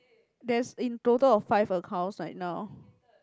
there's in total of five accounts right now